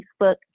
Facebook